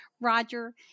Roger